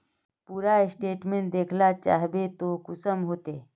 पूरा स्टेटमेंट देखला चाहबे तो कुंसम होते?